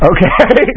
Okay